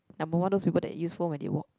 number one those people that use phone when they walk